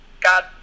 God